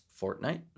Fortnite